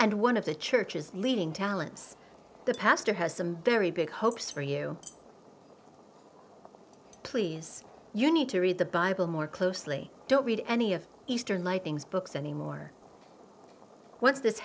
and one of the churches leading talents the pastor has some very big hopes for you please you need to read the bible more closely don't read any of eastern lightings books anymore